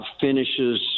finishes